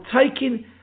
taking